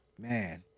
Man